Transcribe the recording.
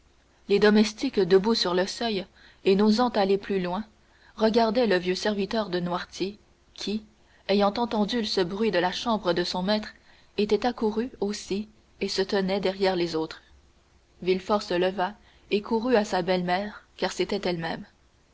les domestiques debout sur le seuil et n'osant aller plus loin regardaient le vieux serviteur de noirtier qui ayant entendu ce bruit de la chambre de son maître était accouru aussi et se tenait derrière les autres villefort se leva et courut à sa belle-mère car c'était elle-même